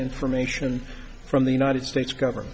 information from the united states gover